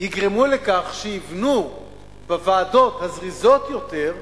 יגרמו לכך שבוועדות הזריזות יבנו יותר